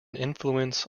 influence